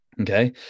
Okay